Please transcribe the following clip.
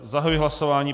Zahajuji hlasování.